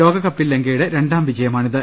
ലോകകപ്പിൽ ലങ്കയുടെ രണ്ടാം വിജയമാണിത്